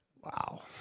Wow